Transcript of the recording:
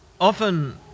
Often